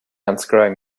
unscrewing